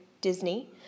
Disney